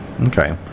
okay